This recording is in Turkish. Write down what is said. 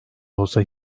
olsa